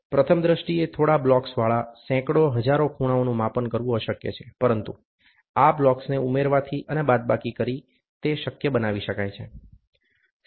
પ્રથમ દૃષ્ટિએ થોડા બ્લોક્સવાળા સેંકડો હજારો ખૂણાઓનું માપન કરવું અશક્ય છે પરંતુ આ બ્લોક્સને ઉમેરવાથી અને બાદબાકી કરી તે શક્ય બનાવી શકાય છે